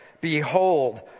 behold